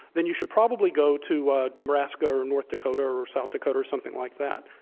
then you should probably go to nebraska or north dakota or south dakota or something like that.